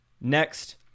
Next